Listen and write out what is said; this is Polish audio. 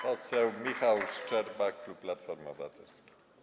Poseł Michał Szczerba, klub Platforma Obywatelska.